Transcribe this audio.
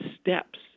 steps